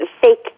fake